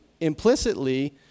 implicitly